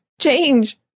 Change